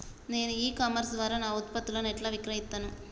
నేను e commerce ద్వారా నా ఉత్పత్తులను ఎట్లా విక్రయిత్తను?